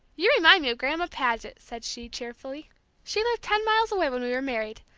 you remind me of grandma paget, said she, cheerfully she lived ten miles away when we were married,